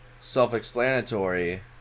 self-explanatory